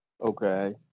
Okay